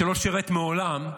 שלא שירת מעולם,